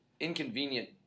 inconvenient